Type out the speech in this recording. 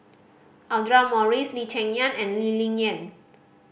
Audra Morrice Lee Cheng Yan and Lee Ling Yen